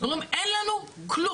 הם אומרים אין לנו כלום,